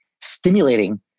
stimulating